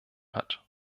hat